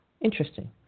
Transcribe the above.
Interesting